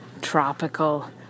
tropical